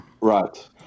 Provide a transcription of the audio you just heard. Right